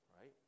right